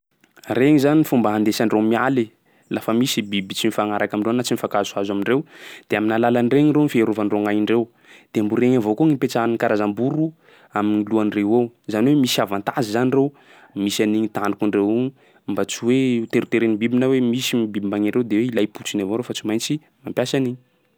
Regny zany fomba andesandreo mialy, lafa misy biby tsy mifagnaraka amindreo na tsy mifankahazo amindreo, de amin'ny alalan'iregny rô fiarovandreo gn'aindreo. De mbô regny avao koa no ipetrahan'ny karazam-boro am'lohandreo eo; zany hoe misy avantage zany reo, misy an'igny tandrokandreo igny mba tsy hoe ho teriteren'ny biby na hoe misy ny biby magny reo de hoe ilai-potsiny avao reo fa tsy maintsy mampiasa an'igny.